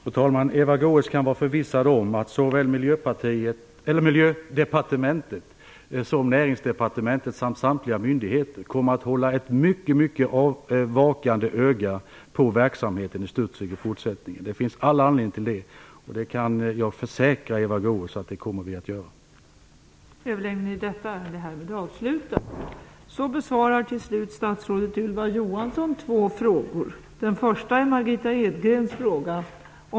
Fru talman! Eva Goës kan vara förvissad om att såväl Miljödepartementet som Näringsdepartementet och samtliga myndigheter kommer att hålla ett mycket vakande öga på verksamheten i Studsvik i fortsättningen. Det finns all anledning till det. Jag kan försäkra Eva Goës att vi kommer att göra det.